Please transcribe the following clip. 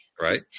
Right